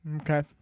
Okay